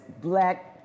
black